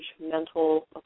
mental